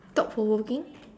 thought provoking